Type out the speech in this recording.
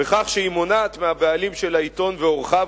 בכך שהיא מונעת מהבעלים של העיתון ועורכיו